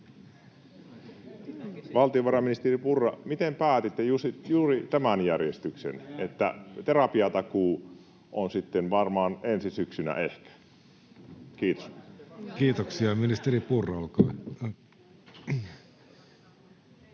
Valtiovarainministeri Purra, miten päätitte juuri tämän järjestyksen, että terapiatakuu on sitten varmaan ensi syksynä, ehkä? — Kiitos. [Annika Saarikko: Se oli hyvä